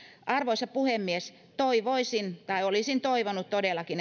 arvoisa puhemies toivoisin tai olisin toivonut todellakin